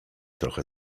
trochę